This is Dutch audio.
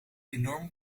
enorm